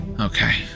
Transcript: Okay